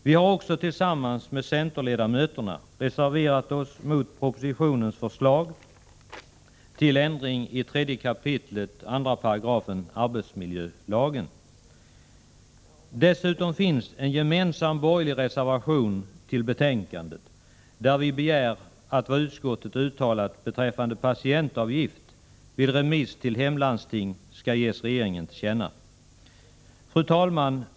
Vi har också tillsammans med centerledamöterna reserverat oss mot propositionen när det gäller ändring av 3 kap. 28 arbetsmiljölagen. Dessutom har det fogats en gemensam borgerlig reservation till betänkandet, där vi begär att det som utskottet har uttalat beträffande patientavgift vid remiss till hemlandsting skall ges regeringen till känna. Fru talman!